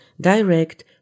direct